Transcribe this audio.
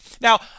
Now